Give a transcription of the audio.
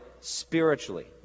spiritually